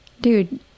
dude